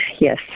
Yes